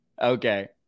Okay